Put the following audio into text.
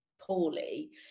poorly